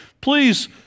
please